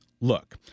look